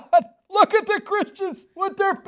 but look at the christians with their